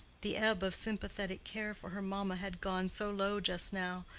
the ebb of sympathetic care for her mamma had gone so low just now,